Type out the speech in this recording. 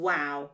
Wow